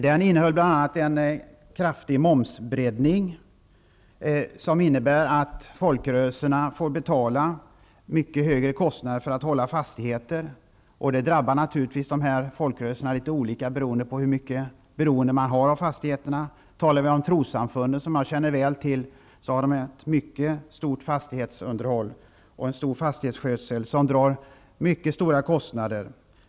Den innehöll bl.a. en kraftig momsbreddning, som innebär att folkrörelserna får betala mycket högre kostnader för att hålla fastigheter. Det drabbar naturligvis folkrörelserna litet olika beroende på hur beroende man är av fastigheterna. Trossamfunden, som jag känner väl till, har ett mycket stort fastighetsunderhåll och en stor fastighetsskötsel, som drar mycket stora kostnader.